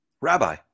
Rabbi